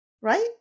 right